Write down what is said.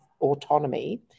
autonomy